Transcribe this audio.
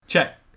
Check